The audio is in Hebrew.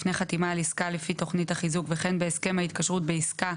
לפני חתימה על עסקה לפי תוכנית החיזוק וכן בהסכם ההתקשרות בעסקה